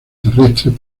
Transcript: terrestres